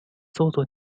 搜索